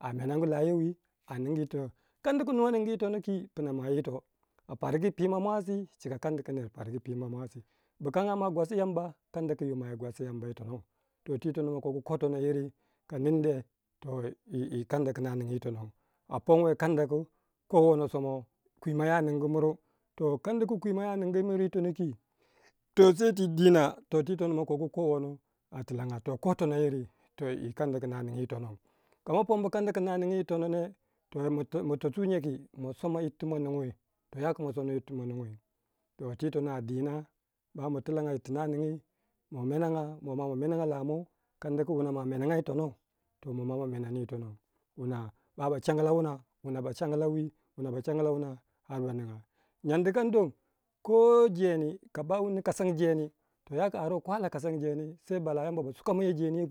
a meneng layowi aningu tibak, kanda ku nuwa ningu yitono kwi pna mwa yito a pargu pima mwasi cika kanda ku ner pargu pimau, pna mwasi gwasi Yamba kadda ku yomwa yi tonou to ti tono makogu ko tono yiri kaninde, yi kanda ku no ningi yitonou a pongo kanda ku kowono somau kadda ku kwimaya somau, kadda ku kwimaya ningu yi tono kwi, to se twi dina ti ma kogu k wono a tilanga to ko tono yiri woyi kadda ku no tilangau, kama ponbu yadda ku no ning yi tonou to ma tos nyeki? masoma yirti ma nungoi to yaku ma somou yirti ma nungoi to twi tono a dina bama tilanga ba ma ningi, ma menega moma ma menega lamou kadda ku wuna ma menega yi tonou to moma ma meneni yi tono baba cangla wuna ba cangla wi, wuna ba chagla wuna harr ba ninga, nyandikingi ko jendi kaba wunni kasangu jendi to yaku aro kwara akasangu jeni sei dei bala Yamba ba suka mayo jendi ye.